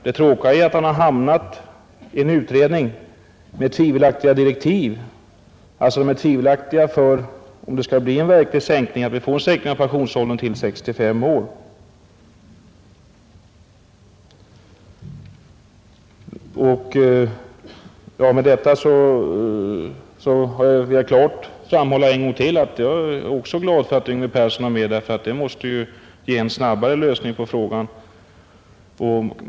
Det tråkiga är att han hamnat i en utredning med tvivelaktiga direktiv — tvivelaktiga om man verkligen vill åstadkomma en sänkning av pensionsåldern till 65 år. Med detta har jag en gång till klart velat framhålla att jag också är glad för att Yngve Persson är med i denna kommitté, eftersom det måste ge en snabbare lösning av frågan.